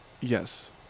Yes